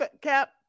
Cap